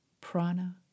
prana